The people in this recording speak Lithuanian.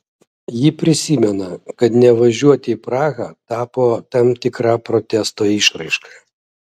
ji prisimena kad nevažiuoti į prahą tapo tam tikra protesto išraiška